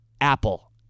Apple